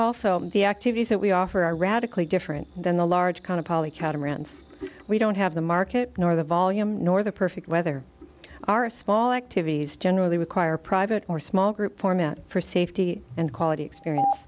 also the activities that we offer are radically different than the large kind of poly catamaran we don't have the market nor the volume nor the perfect weather our small activities generally require private or small group format for safety and quality experience